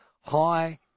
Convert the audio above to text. high